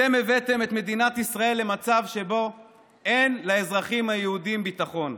אתם הבאתם את מדינת ישראל למצב שבו אין לאזרחים היהודים ביטחון,